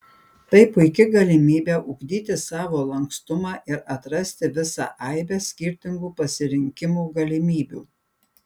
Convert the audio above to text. tai puiki galimybė ugdyti savo lankstumą ir atrasti visą aibę skirtingų pasirinkimų galimybių